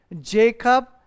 Jacob